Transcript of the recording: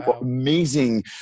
amazing